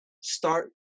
start